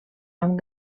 amb